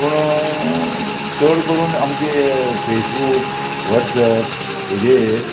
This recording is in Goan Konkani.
पूण चड करून आमचे फेसबूक वॉट्सप हेजेर